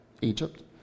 Egypt